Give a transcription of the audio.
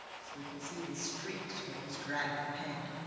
you can see the streaks, where he's dragged the paint.